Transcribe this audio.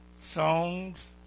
Songs